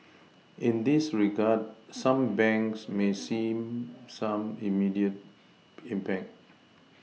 in this regard some banks may see some immediate impact